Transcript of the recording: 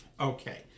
Okay